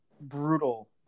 brutal